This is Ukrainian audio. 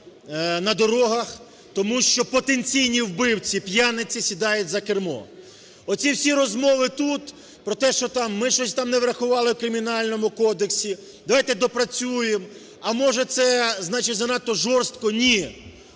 на дорогах, тому що потенційні вбивці п'яниці сідають за кермо. Оці всі розмови тут про те, що ми щось там не врахували у Кримінальному кодексі, давайте доопрацюємо, а може це значить занадто жорстко… Ні,